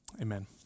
Amen